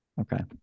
Okay